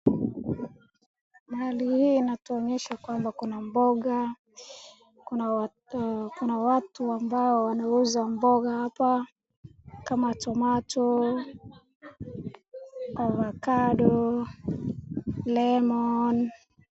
Mahali hii inatuonyesha kwamba kuna mboga, kuna watu ambao wanauza mboga hapa kama tomato, avocado, lemon .